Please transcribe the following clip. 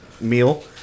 meal